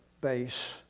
base